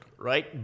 right